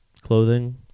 clothing